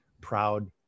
proud